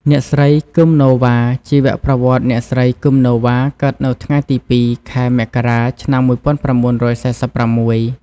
អ្នកស្រី គឹម ណូវ៉ា ជីវប្រវត្តិ អ្នកស្រី គឹម ណូវ៉ា កើតនៅថ្ងៃទី២ ខែមករា ឆ្នាំ១៩៤៦។